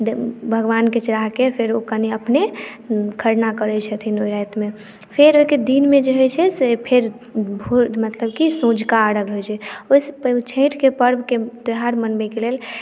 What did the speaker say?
भगवानके चढ़ाके फेरो कनि अपने खरना करैत छथिन रातिमे फेर ओहिके दिनमे जे होइत छै से फेर भोर मतलब कि साँझुका अर्घ्य होइत छै ओहिसँ पहिले छठिके पर्वक त्यौहार मनबयके लेल